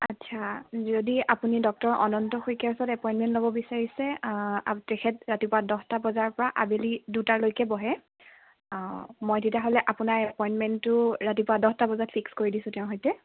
আচ্ছা যদি আপুনি ডক্টৰ অনন্ত শইকীয়াৰ ওচৰত এপইণ্টমেণ্ট ল'ব বিচাৰিছে তেখেত ৰাতিপুৱা দহটা বজাৰ পৰা আবেলি দুটালৈকে বহে মই তেতিয়াহ'লে আপোনাৰ এপইণ্টমেণ্টটো ৰাতিপুৱা দহটা বজাত ফিক্স কৰি দিছোঁ তেওঁৰ সৈতে